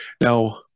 Now